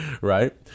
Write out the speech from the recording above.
Right